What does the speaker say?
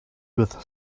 with